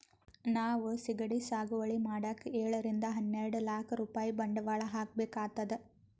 ನಾವ್ ಸಿಗಡಿ ಸಾಗುವಳಿ ಮಾಡಕ್ಕ್ ಏಳರಿಂದ ಹನ್ನೆರಡ್ ಲಾಕ್ ರೂಪಾಯ್ ಬಂಡವಾಳ್ ಹಾಕ್ಬೇಕ್ ಆತದ್